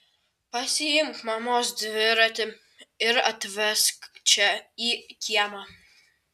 pasiimk mamos dviratį ir atvesk čia į kiemą